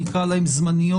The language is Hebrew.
נקרא להן זמניות,